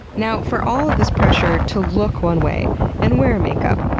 now, for all of this pressure to look one way and wear makeup,